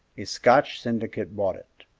a scotch syndicate bought it.